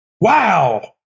Wow